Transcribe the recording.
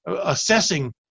assessing